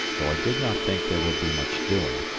though i did not think there would be much doing,